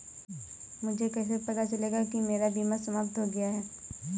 मुझे कैसे पता चलेगा कि मेरा बीमा समाप्त हो गया है?